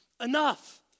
enough